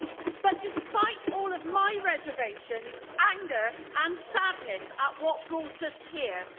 but despite all of my reservations, anger and sadness at what brought us here,